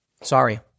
Sorry